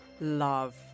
love